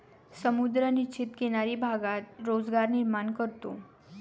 समुद्र निश्चित किनारी भागात रोजगार निर्माण करतो